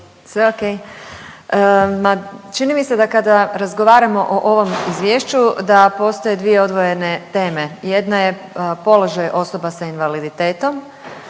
Sve ok. Ma čini mi se da kada razgovaramo o ovom izvješću da postoje dvije odvojene teme. Jedna je položaj osoba sa invaliditetom,